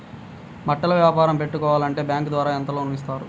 బట్టలు వ్యాపారం పెట్టుకోవాలి అంటే బ్యాంకు ద్వారా ఎంత లోన్ ఇస్తారు?